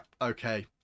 okay